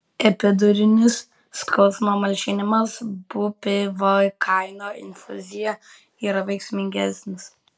epidurinis skausmo malšinimas bupivakaino infuzija yra veiksmingesnis